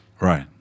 Right